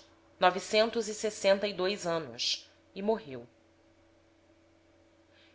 foram novecentos e sessenta e dois anos e morreu